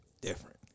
different